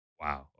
wow